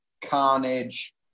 Carnage